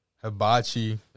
Hibachi